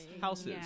houses